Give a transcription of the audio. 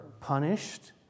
punished